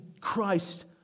Christ